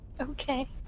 Okay